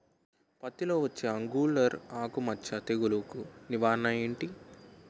పత్తి లో వచ్చే ఆంగులర్ ఆకు మచ్చ తెగులు కు నివారణ ఎంటి?